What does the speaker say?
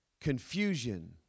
confusion